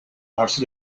marzo